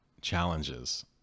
challenges